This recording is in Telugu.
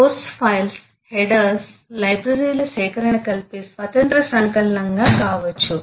సోర్స్ ఫైల్స్ హెడర్స్ లైబ్రరీల సేకరణ కలిపి స్వతంత్ర సంకలనంగా కావచ్చు